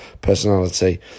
personality